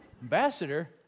Ambassador